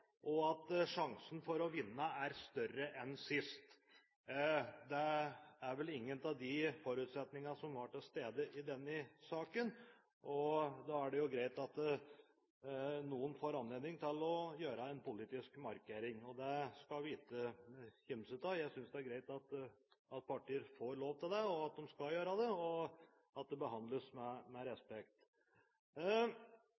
og hvis sjansen for å vinne er større enn sist. Det er vel ingen av de forutsetningene som er til stede i denne saken, og da er det jo greit at noen får anledning til å foreta en politisk markering. Det skal vi ikke kimse av. Jeg synes det er greit at partier får lov til det, at de skal gjøre det, og at de behandles med